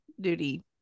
duty